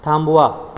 थांबवा